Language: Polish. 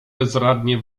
bezradnie